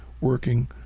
working